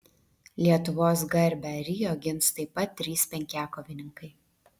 lietuvos garbę rio gins taip pat trys penkiakovininkai